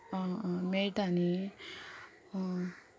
आं आं मेळटा न्ही आं